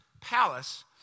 palace